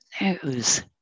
news